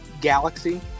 galaxy